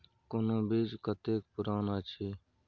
कोनो बीज कतेक पुरान अछि?